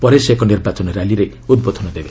ପରେ ସେ ଏକ ନିର୍ବାଚନ ର୍ୟାଲିରେ ଉଦ୍ବୋଧନ ଦେବେ